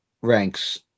ranks